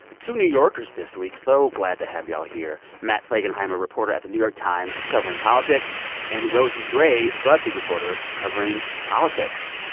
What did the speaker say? two new yorkers this week so glad to have y'all here. matt flegenheimer, reporter at the new york times covering politics and rosie gray, buzzfeed reporter covering politics,